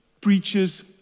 preaches